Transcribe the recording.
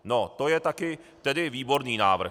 No, to je taky tedy výborný návrh!